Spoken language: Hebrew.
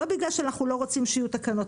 לא בגלל שאנחנו לא רוצים שיהיו תקנות,